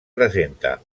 presenta